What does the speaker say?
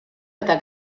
eta